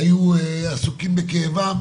היו עסוקים בכאבם,